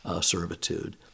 servitude